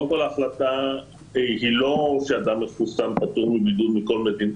קודם כל ההחלטה היא לא שאדם מחוסן פטור מבידוד מכל מדינה.